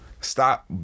Stop